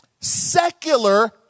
secular